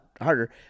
harder